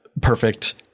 perfect